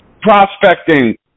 prospecting